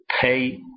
pay